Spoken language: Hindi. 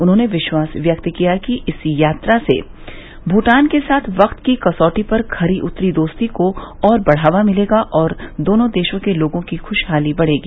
उन्होंने विश्वास व्यक्त किया कि इस यात्रा से भूटान के साथ वक्त की कसौटी पर खरी उतरी दोस्ती को और बढ़ावा मिलेगा और दोनों देशों के लोगों की ख्राहाली बढ़ेगी